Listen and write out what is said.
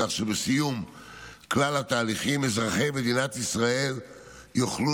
כך שבסיום כלל התהליכים אזרחי מדינת ישראל יוכלו